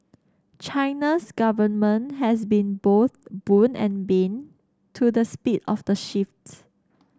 China's government has been both boon and bane to the speed of the shifts